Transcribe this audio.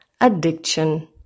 addiction